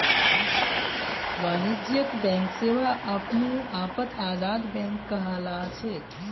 वाणिज्यिक बैंक सेवा अपने आपत आजाद बैंक कहलाछेक